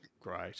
great